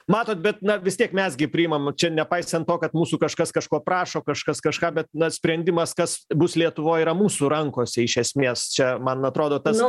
matote bet na vis tiek mes gi priimam čia nepaisant to kad mūsų kažkas kažko prašo kažkas kažką bet na sprendimas kas bus lietuvoj yra mūsų rankose iš esmės čia man atrodo tas